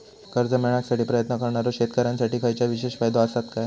कर्जा मेळाकसाठी प्रयत्न करणारो शेतकऱ्यांसाठी खयच्या विशेष फायदो असात काय?